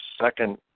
second